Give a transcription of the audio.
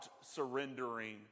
surrendering